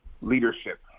leadership